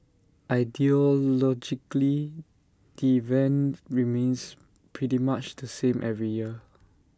ideologically event remains pretty much the same every year